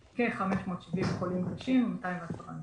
כ-570 חולים קשים, ו-210 נפטרים.